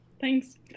Thanks